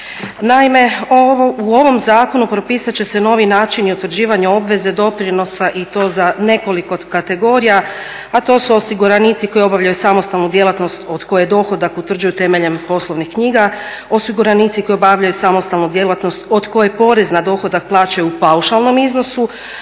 Naime, u ovom zakonu propisat će se novi načini utvrđivanja obveze doprinosa i to za nekoliko kategorija, a to su osiguranici koji obavljaju samostalnu djelatnost od koje dohodak utvrđuju temeljem poslovnih knjiga osiguranici koji obavljaju samostalnu djelatnost od koje porez na dohodak plaćaju u paušalnom iznosu,